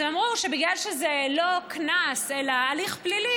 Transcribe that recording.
אז הם אמרו שבגלל שזה לא קנס אלא הליך פלילי,